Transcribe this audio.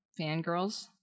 fangirls